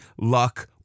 luck